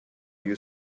you